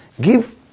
Give